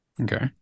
Okay